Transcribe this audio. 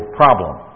problem